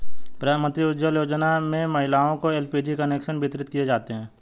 प्रधानमंत्री उज्ज्वला योजना में महिलाओं को एल.पी.जी कनेक्शन वितरित किये जाते है